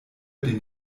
dem